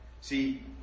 See